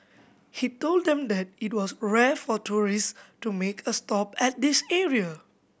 he told them that it was rare for tourist to make a stop at this area